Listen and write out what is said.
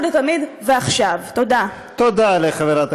תושבי הצפון,